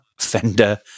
Fender